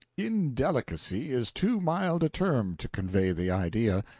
indelicacy is too mild a term to convey the idea.